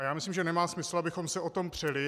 Já myslím, že nemá smysl, abychom se o tom přeli.